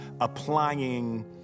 applying